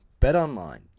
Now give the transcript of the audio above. BetOnline